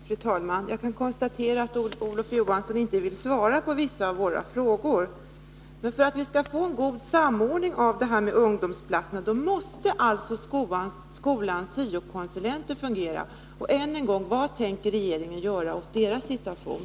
Fru talman! Jag kan konstatera att Olof Johansson inte vill svara på vissa av våra frågor. Men för att vi skall få en god samordning i fråga om ungdomsplatserna måste alltså skolans syo-konsulenter fungera. Än en gång: Vad tänker regeringen göra åt deras situation?